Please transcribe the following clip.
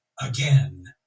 again